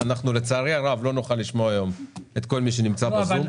לצערי הרב לא נוכל לשמוע היום את כל מי שנמצא ב-זום.